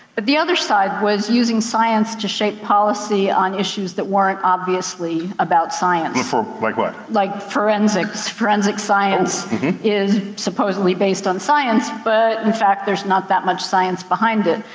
but the other side was using science to shape policy on issues that weren't obviously about science. like what? like forensics, forensic science is supposedly based on science, but in fact there's not that much science behind it.